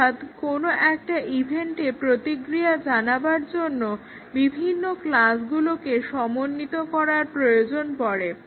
অর্থাৎ কোনো একটা ইভেন্টে প্রতিক্রিয়া জানাবার জন্য বিভিন্ন ক্লাসগুলোকে সমন্বিত করার প্রয়োজন পড়ে